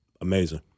amazing